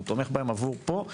הוא תומך בהם עבור פה.